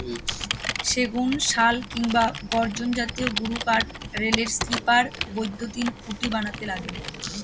সেগুন, শাল কিংবা গর্জন জাতীয় গুরুকাঠ রেলের স্লিপার, বৈদ্যুতিন খুঁটি বানাতে লাগে